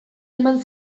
eman